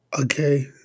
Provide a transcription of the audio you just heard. Okay